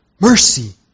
mercy